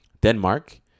Denmark